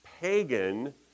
pagan